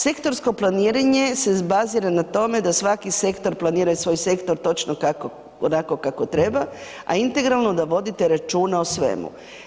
Sektorsko planiranje se bazira na tome da svaki sektor planiraju svoj sektor točno onako kako treba, a integralno da vodite računa o svemu.